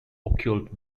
occult